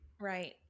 Right